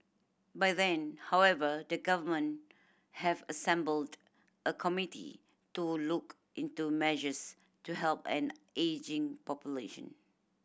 by then however the government have assembled a committee to look into measures to help an ageing population